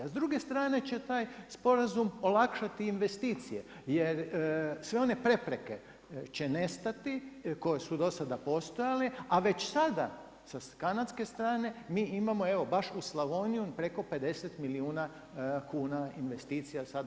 A s druge strane će taj sporazum olakšati investicije, jer sve one prepreke će nestati koje su do sada postojale, a već sada sa kanadske strane mi imamo, evo baš u Slavoniji preko 50 milijuna kuna investicija sad vrlo svježe.